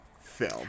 film